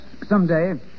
Someday